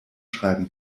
schreiben